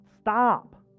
stop